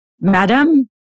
Madam